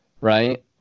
Right